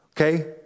Okay